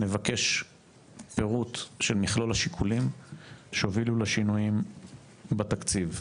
נבקש פירוט של מכלול השיקולים שהובילו לשינויים בתקציב,